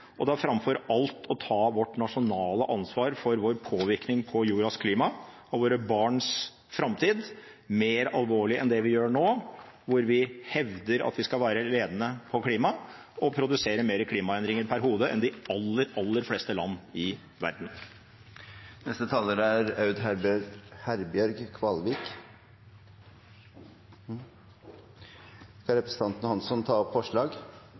og det er framfor alt å ta vårt nasjonale ansvar for vår påvirkning på jordas klima og våre barns framtid mer alvorlig enn det vi gjør nå, hvor vi hevder at vi skal være ledende innen klima, og produserer mer klimaendringer per hode enn de aller, aller fleste land i verden. Skal representanten Hansson ta opp forslag?